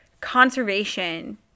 Conservation